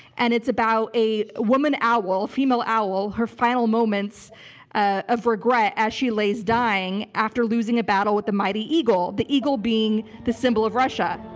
and it's about a woman owl, a female owl, her final moments ah of regret, as she lays dying after losing a battle with the mighty eagle, the eagle being the symbol of russia.